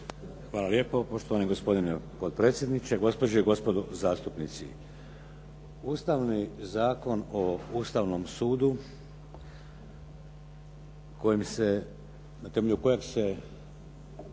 Hvala lijepo. Poštovani gospodine potpredsjedniče, gospođe i gospodo zastupnici. Ustavni zakon o Ustavnom sudu na temelju kojeg se